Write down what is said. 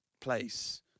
place